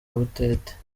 butete